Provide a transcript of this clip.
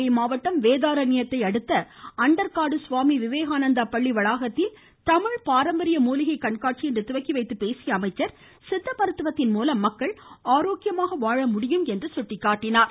நாகை மாவட்டம் வேதாரண்யத்தை அடுத்த அண்டர்காடு சுவாமி விவேகாணந்தா பள்ளி வளாகத்தில் தமிழ் பாரம்பரிய மூலிகை கண்காட்சியை இன்று தொடங்கிவைத்துப் பேசியஅவர் சித்த மருத்துவத்தின்மூலம் மக்கள் ஆரோக்கியமாக வாழ முடியும் என்றார்